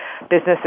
businesses